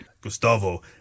Gustavo